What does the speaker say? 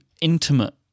intimate